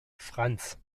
franz